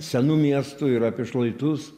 senu miestu ir apie šlaitus